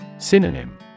Synonym